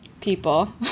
people